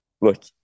look